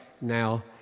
now